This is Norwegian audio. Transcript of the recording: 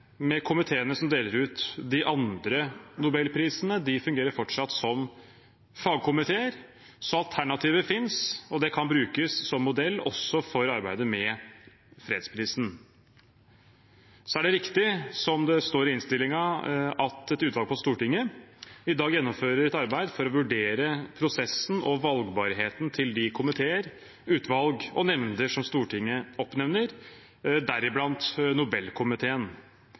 med komiteene som deler ut de andre nobelprisene, de fungerer fortsatt som fagkomiteer. Så alternativet finnes, og det kan brukes som modell også for arbeidet med fredsprisen. Så er det riktig, som det står i innstillingen, at et utvalg på Stortinget i dag gjennomfører et arbeid for å vurdere prosessen og valgbarheten til de komiteer, utvalg og nemnder som Stortinget oppnevner, deriblant Nobelkomiteen.